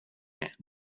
hand